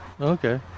Okay